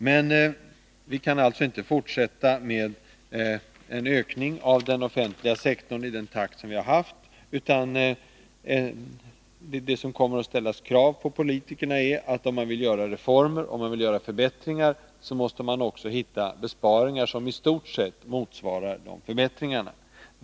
Men vi kan alltså inte fortsätta med en sådan ökningstakt i den offentliga sektorn som vi har haft, utan det kommer att ställas krav på politikerna att de, om de vill göra förbättringar som kostar pengar, också måste hitta besparingar som i stort sett motsvarar de förbättringarna.